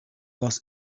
was